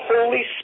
Holy